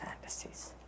fantasies